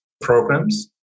programs